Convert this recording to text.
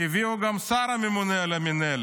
הביאו גם שר הממונה על המינהלת.